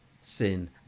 sin